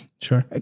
Sure